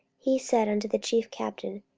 he said unto the chief captain,